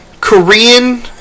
Korean